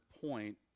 point